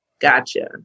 Gotcha